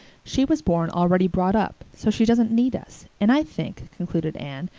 she was born already brought up, so she doesn't need us and i think, concluded anne,